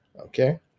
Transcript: Okay